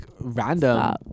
random